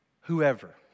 Whoever